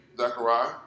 Zechariah